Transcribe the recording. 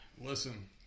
Listen